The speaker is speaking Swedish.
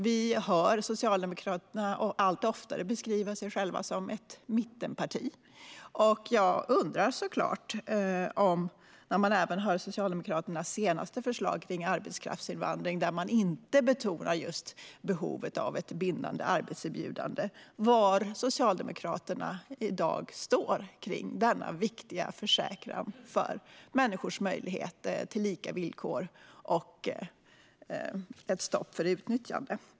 Vi hör Socialdemokraterna allt oftare beskriva sig själva som ett mittenparti, och jag undrar såklart, när jag även hör Socialdemokraternas senaste förslag om arbetskraftsinvandring där man inte betonar just behovet av ett bindande arbetserbjudande, var Socialdemokraterna i dag står när det gäller denna viktiga försäkran för människors möjligheter till lika villkor och ett stopp för utnyttjande.